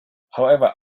however